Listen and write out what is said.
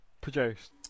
produced